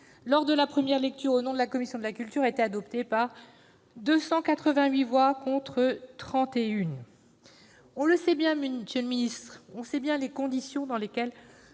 en première lecture, au nom de la commission de la culture, a été adoptée par 288 voix contre 31. On sait bien, monsieur le ministre, les conditions dans lesquelles